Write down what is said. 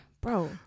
bro